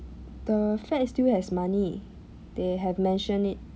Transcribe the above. the fed still has money they have mentioned it